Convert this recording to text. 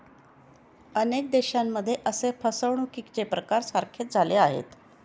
अनेक देशांमध्ये असे फसवणुकीचे प्रकार सारखेच झाले आहेत